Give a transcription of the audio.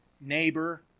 Neighbor